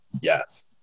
yes